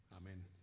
amen